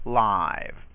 live